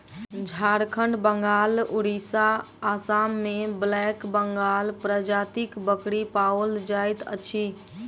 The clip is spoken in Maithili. झारखंड, बंगाल, उड़िसा, आसाम मे ब्लैक बंगाल प्रजातिक बकरी पाओल जाइत अछि